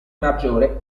maggiore